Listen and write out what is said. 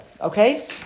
Okay